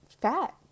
fat